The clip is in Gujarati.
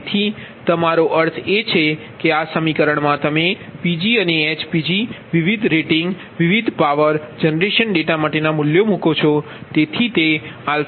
તેથી મારો અર્થ એ છે કે આ સમીકરણમાં તમે PgઅનેHPg વિવિધ રેટિંગ વિવિધ પાવર જનરેશન ડેટા માટે ના મૂલ્યને મૂકો